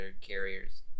carriers